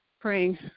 praying